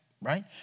right